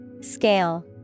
Scale